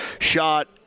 shot